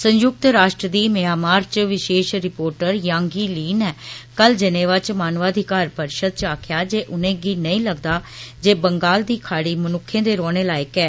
संयुक्त राश्ट्र दी म्यांमार च विषेश रिपोटर यांगी लीऽ जेनेवा च मानवाधिकार परिशद च आक्खेआ जे उनेंगी नेई लगदा जे बंगला दी खाड़ी मनुक्खें दे रौहने लायक ऐ